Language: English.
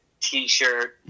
t-shirt